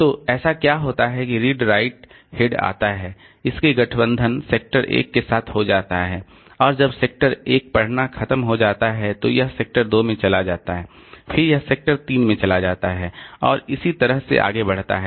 तो ऐसा क्या होता है कि यह रीड राइट हेड आता है इसके गठबंधन सेक्टर 1 के साथ हो जाता है और जब सेक्टर 1 पढ़ना खत्म हो जाता है तो यह सेक्टर 2 में चला जाता है फिर यह सेक्टर 3 में चला जाता है और इसी तरह से आगे बढ़ता है